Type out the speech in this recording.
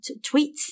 Tweets